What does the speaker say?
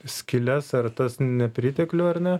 skyles ar tas nepriteklių ar ne